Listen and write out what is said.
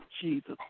Jesus